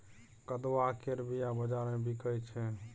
कदुआ केर बीया बजार मे बिकाइ छै